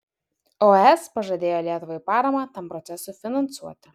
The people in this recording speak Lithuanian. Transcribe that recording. o es pažadėjo lietuvai paramą tam procesui finansuoti